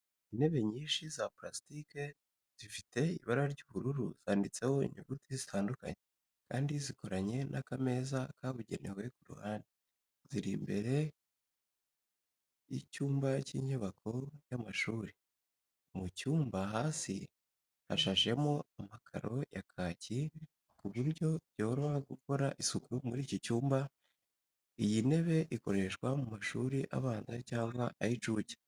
Intebe nyinshi za pulasitike zifite ibara ry'ubururu zanditseho inyuguti zitandukanye, kandi zikoranye n’akameza kabugenewe ku ruhande. Ziri imbere cyumba cy'inyubako y'amashuri. Mu cyumba hasi hashashemo amakaro ya kaki ku buryo byoroha gukora isuku muri iki cyumba. Iyi ntebe ikoreshwa mu mashuri abanza cyangwa ay'incuke.